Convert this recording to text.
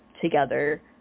together